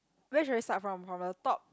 where should I start from from the top